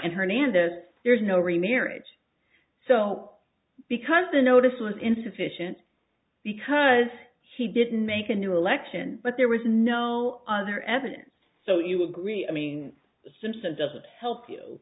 and hernandez there's no remarriage so because the notice was insufficient because he didn't make a new election but there was no other evidence so you agree i mean simpson doesn't help you